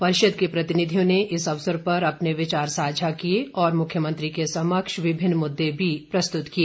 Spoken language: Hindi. परिषद के प्रतिनिधियों ने इस अवसर पर अपने विचार सांझा किए और मुख्यमंत्री के समक्ष विभिन्न मुद्दे भी प्रस्तुत किए